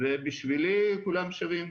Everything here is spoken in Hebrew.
בשבילי כולם שווים.